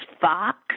Fox